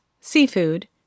seafood